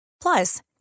Plus